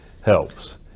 helps